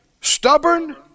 Stubborn